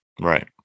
Right